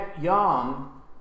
young